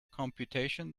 computation